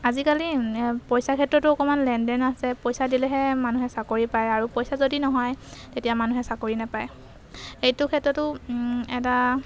আজিকালি পইচা ক্ষেত্ৰতো অকণমান লেনদেন আছে পইচা দিলেহে মানুহে চাকৰি পায় আৰু পইচা যদি নহয় তেতিয়া মানুহে চাকৰি নাপায় এইটো ক্ষেত্ৰতো এটা